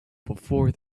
before